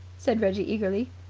said reggie eagerly.